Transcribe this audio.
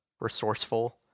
resourceful